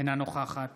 אינה נוכחת